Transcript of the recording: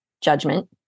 judgment